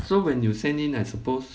so when you send in I suppose